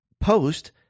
post